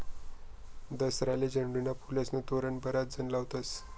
दसराले झेंडूना फुलेस्नं तोरण बराच जण लावतस